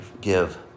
give